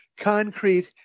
concrete